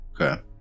Okay